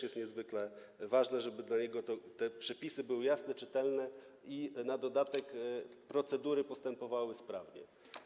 Jest niezwykle ważne, żeby dla niego te przepisy były jasne, czytelne i na dodatek żeby procedury postępowały sprawnie.